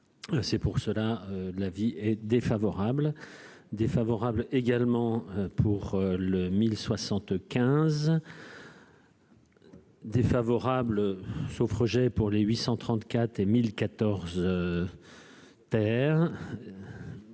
c'est pour cela de l'avis est défavorable, défavorable également pour le 1075. Défavorable, ce projet pour les 834014 terre